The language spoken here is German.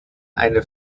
eine